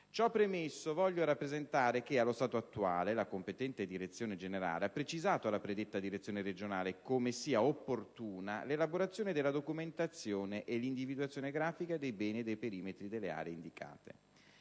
Ciò premesso, voglio rappresentare che, allo stato attuale, la competente Direzione generale ha precisato alla predetta direzione regionale come siano opportune l'elaborazione della documentazione e l'individuazione grafica dei beni e dei perimetri delle aree indicate.